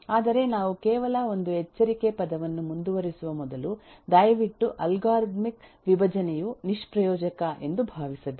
ಆದರೆ ನಾವು ಕೇವಲ ಒಂದು ಎಚ್ಚರಿಕೆ ಪದವನ್ನು ಮುಂದುವರಿಸುವ ಮೊದಲು ದಯವಿಟ್ಟು ಅಲ್ಗಾರಿದಮಿಕ್ ವಿಭಜನೆಯು ನಿಷ್ಪ್ರಯೋಜಕ ಎಂದು ಭಾವಿಸಬೇಡಿ